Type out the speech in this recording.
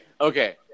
Okay